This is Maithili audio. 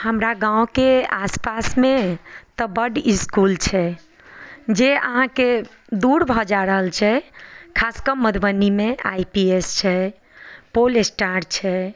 हमरा गाँवके आस पासमे तऽ बड्ड इस्कुल छै जे अहाँके दूर भऽ जा रहल छै खास कऽ मधुबनीमे आइ पी एस छै पोल स्टार छै